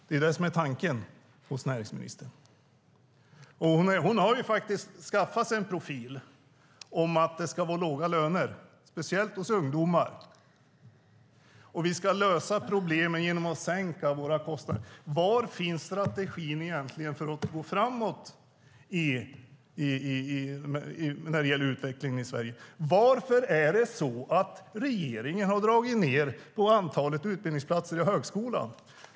Det är det som är tanken hos näringsministern. Hon har skaffat sig en profil där det ska vara låga löner, speciellt för ungdomar. Vi ska lösa problemen genom att sänka våra kostnader, menar hon. Var finns egentligen strategin för att gå framåt när det gäller utvecklingen i Sverige? Varför har regeringen dragit ned på antalet utbildningsplatser i högskolan?